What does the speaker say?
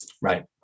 Right